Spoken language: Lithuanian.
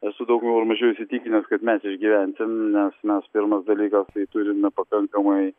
esu daugiau ar mažiau įsitikinęs kad mes išgyvensim nes mes pirmas dalykas tai turime pakankamai